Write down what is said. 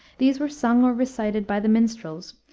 these were sung or recited by the minstrels,